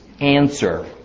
answer